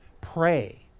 Pray